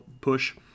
push